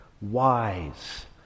wise